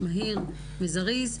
מהיר וזריז,